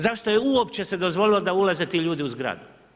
Zašto je uopće se dozvolilo da ulaze ti ljudi u zgradu?